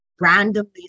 randomly